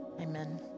amen